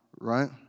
right